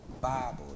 Bible